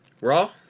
Raw